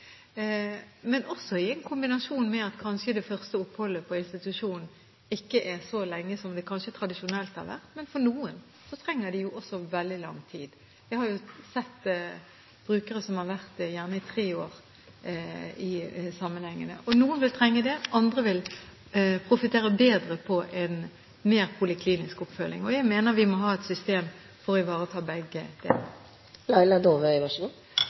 også i en kombinasjon med at kanskje det første oppholdet på institusjon ikke er så langvarig som det kanskje tradisjonelt har vært. Men noen trenger også veldig lang tid. Jeg har sett brukere som har vært der i tre år sammenhengende. Noen vil trenge det, andre vil profittere bedre på en mer poliklinisk oppfølging. Jeg mener vi må ha et system for å ivareta begge deler. Takk for det. Jeg er veldig glad for at statsråden så